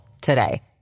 today